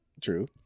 True